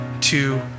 two